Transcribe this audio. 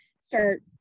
start